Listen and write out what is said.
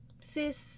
sis